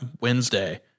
Wednesday